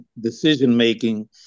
decision-making